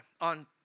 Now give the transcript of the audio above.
on